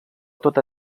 tota